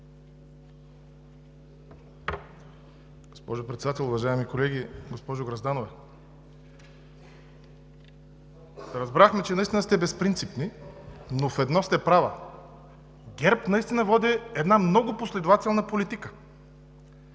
Госпожо Председател, уважаеми колеги! Госпожо Грозданова, разбрахме, че наистина сте безпринципни, но в едно сте права, че ГЕРБ наистина води една много последователна политика